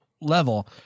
level